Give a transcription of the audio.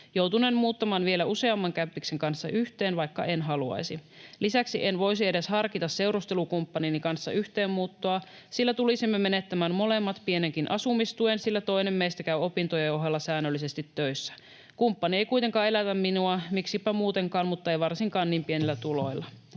Joutunen muuttamaan vielä useamman kämppiksen kanssa yhteen, vaikka en haluaisi. Lisäksi en voisi edes harkita seurustelukumppanini kanssa yhteen muuttoa, sillä tulisimme menettämään molemmat pienenkin asumistuen, sillä toinen meistä käy opintojen ohella säännöllisesti töissä. Kumppani ei kuitenkaan elätä minua, miksipä muutenkaan, mutta ei varsinkaan niin pienillä tuloilla.”